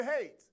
hate